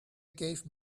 gave